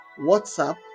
WhatsApp